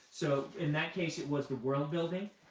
so in that case it was the world building